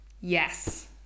Yes